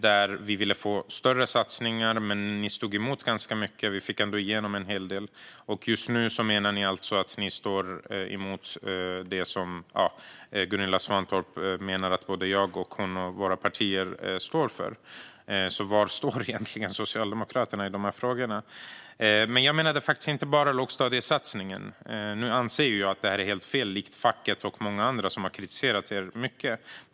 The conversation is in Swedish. Där ville vi få större satsningar. Ni stod emot ganska mycket, men vi fick ändå igenom en hel del. Just nu menar Gunilla Svantorp att ni står för vad båda våra partier står för. Var står egentligen Socialdemokraterna i de här frågorna? Jag menade inte bara lågstadiesatsningen. Nu anser jag att det är helt fel, likt facket och många andra som har kritiserat er mycket.